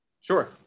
Sure